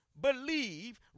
believe